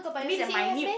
maybe the minute